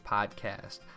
Podcast